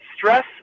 Stress